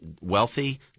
wealthy